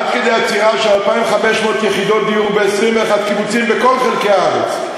עד כדי עצירה של 2,500 יחידות דיור ב-21 קיבוצים בכל חלקי הארץ.